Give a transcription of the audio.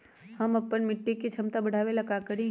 हम अपना मिट्टी के झमता बढ़ाबे ला का करी?